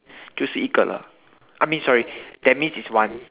这是一个了 I mean sorry that means it's one